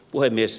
puhemies